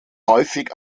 häufig